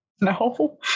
No